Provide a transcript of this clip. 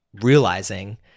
realizing